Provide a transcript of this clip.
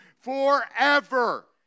forever